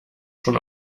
schon